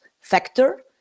factor